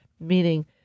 meaning